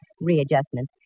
readjustment